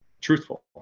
truthful